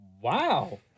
Wow